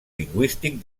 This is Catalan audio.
lingüístic